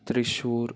Thrissur